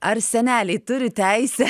ar seneliai turi teisę